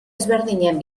ezberdinen